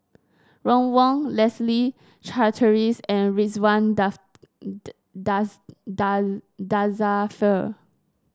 Ron Wong Leslie Charteris and Ridzwan Dzafir